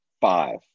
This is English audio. five